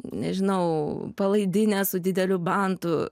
nežinau palaidinė su dideliu bantu